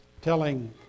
telling